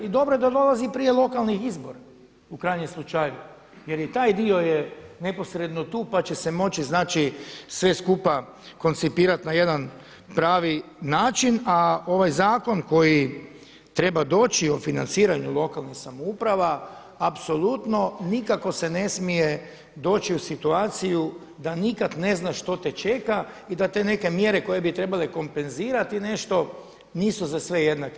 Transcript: I dobro je da dolazi prije lokalnih izbora u krajnjem slučaju, jer i taj dio je neposredno tu, pa će se moći znači sve skupa koncipirati na jedan pravi način, a ovaj zakon koji treba doći o financiranju lokalnih samouprava apsolutno nikako se ne smije doći u situaciju da nikad ne znaš što te čeka i da te neke mjere koje bi trebale kompenzirati nešto nisu za sve jednake.